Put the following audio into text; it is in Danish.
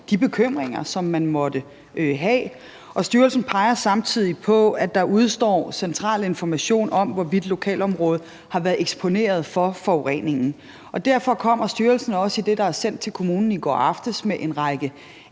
de bekymringer, som de måtte have, og styrelsen peger samtidig på, at der udestår central information om, hvorvidt lokalområdet har været eksponeret for forureningen. Derfor kommer styrelsen også i det, der er sendt til kommunen i går aftes, med en række